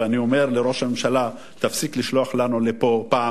ואני אומר לראש הממשלה: תפסיק לשלוח לנו לפה,